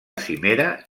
cimera